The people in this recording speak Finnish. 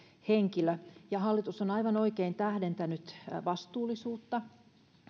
henkilö ja hallitus on aivan oikein tähdentänyt vastuullisuutta